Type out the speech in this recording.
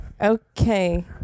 Okay